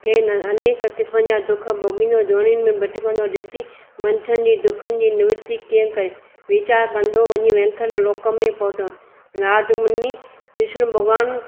खे न अनेक क़िस्मनि जा दुखु भोॻींदो जोनिनि में भटिकंदो ॾिसी मंशनि जी दुखनि जी नृवति कीअं करे वीचारु कंदो वञी वैकुंठ लोक में पहुचो नारदमुनि विष्णु भॻवानु